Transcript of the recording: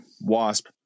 Wasp